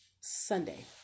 Sunday